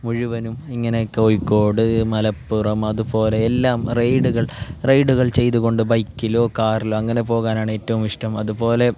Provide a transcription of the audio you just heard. മുഴുവനും ഇങ്ങനെ കോഴിക്കോട് മലപ്പുറം അതു പോലെ എല്ലാം റൈഡുകൾ റൈഡുകൾ ചെയ്തുകൊണ്ട് ബൈക്കിലോ കാറിലോ അങ്ങനെ പോകാനാണ് ഏറ്റവും ഇഷ്ട്ടം അതു പോലെ